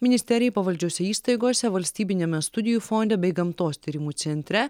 ministerijai pavaldžiose įstaigose valstybiniame studijų fonde bei gamtos tyrimų centre